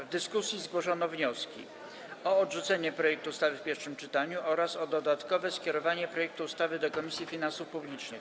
W dyskusji zgłoszono wnioski o odrzucenie projektu ustawy w pierwszym czytaniu oraz o dodatkowe skierowanie projektu ustawy do Komisji Finansów Publicznych.